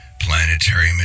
planetary